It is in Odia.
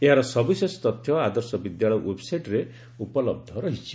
ଏହାର ସବିଶେଷ ତଥ୍ୟ ଆଦର୍ଶ ବିଦ୍ୟାଳୟ ୱେବ୍ସାଇଟ୍ରେ ଉପଲହ ରହିଛି